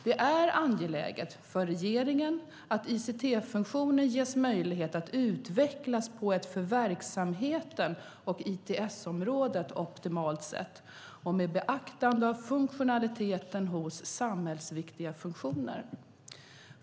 Det är angeläget för regeringen att ICT-funktionen ges möjlighet att utvecklas på ett för verksamheten och ITS-området optimalt sätt, och med beaktande av funktionaliteten hos samhällsviktiga funktioner.